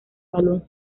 balón